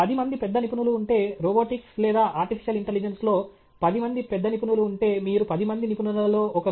10 మంది పెద్ద నిపుణులు ఉంటే రోబోటిక్స్ లేదా ఆర్టిఫిషియల్ ఇంటెలిజెన్స్లో 10 మంది పెద్ద నిపుణులు ఉంటే మీరు 10 మంది నిపుణులలో ఒకరు